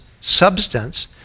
substance